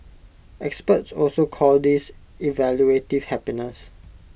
experts also call this evaluative happiness